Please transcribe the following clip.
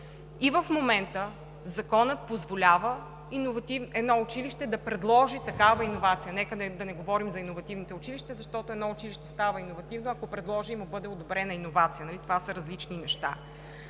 И в момента Законът позволява едно училище да предложи такава иновация. Нека да не говорим за иновативните училища, защото едно училище става иновативно, ако предложи и му бъде одобрена иновация – нали това са различни неща.